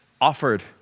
offered